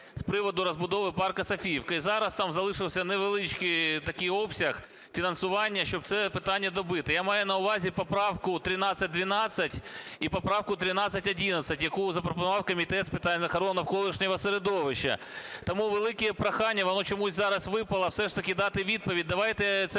зараз там залишився невеличкий такий обсяг фінансування, щоб це питання добити. Я маю на увазі поправку 13.12 і поправку 13.11, яку запропонував Комітет з питань охорони навколишнього середовища. Тому велике прохання, воно чомусь зараз випало, все ж таки дати відповідь. Давайте це